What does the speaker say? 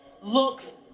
looks